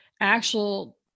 actual